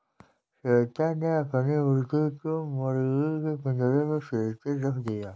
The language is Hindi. श्वेता ने अपनी मुर्गी को मुर्गी के पिंजरे में सुरक्षित रख दिया